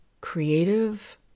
creative